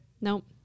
nope